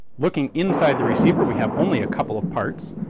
looking inside the reciver, we have only a couple of parts.